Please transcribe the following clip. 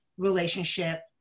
relationship